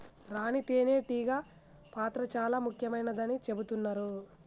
రాణి తేనే టీగ పాత్ర చాల ముఖ్యమైనదని చెబుతున్నరు